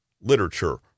literature